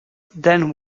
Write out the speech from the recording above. then